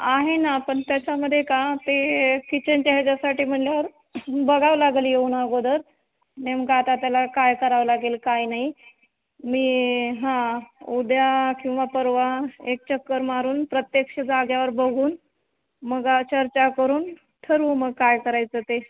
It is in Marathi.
आहे ना पण त्याच्यामध्ये का ते किचनच्या ह्याच्यासाठी म्हणल्यावर बघावं लागंल येऊन अगोदर नेमकं आता त्याला काय करावं लागेल काय नाही मी हां उद्या किंवा परवा एक चक्कर मारून प्रत्यक्ष जाग्यावर बघून मग चर्चा करून ठरवू मग काय करायचं ते